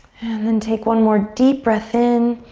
and then take one more deep breath in.